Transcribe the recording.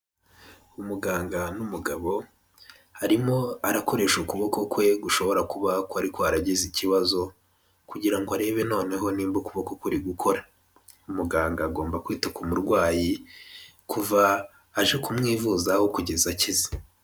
Umuganga n'umugabo arimo arakoresha ukuboko kwe gushobora kuba kwari kwaragize ikibazo kugira ngo arebe noneho nimba ukuboko kuri gukora, muganga agomba kwita ku murwayi kuva aje kumwivuzaho kugeza akize.